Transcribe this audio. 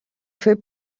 fer